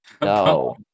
No